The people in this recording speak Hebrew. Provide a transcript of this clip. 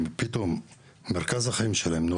ופתאום מרכז החיים שלהם הופך להיות פה,